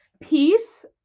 peace